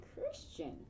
Christian